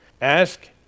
Ask